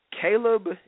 Caleb